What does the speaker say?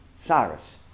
Cyrus